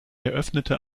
eröffnete